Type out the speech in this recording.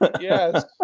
yes